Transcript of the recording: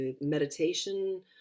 meditation